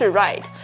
right 。